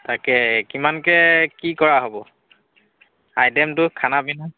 তাকে কিমানকৈ কি কৰা হ'ব আইটেমটো খানা পিনা